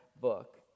book